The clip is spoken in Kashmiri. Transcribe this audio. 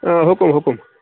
ٲں حُکم حُکم